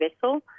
vessel